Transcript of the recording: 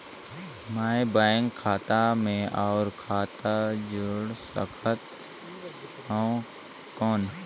मैं बैंक खाता मे और खाता जोड़ सकथव कौन?